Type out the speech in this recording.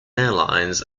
airlines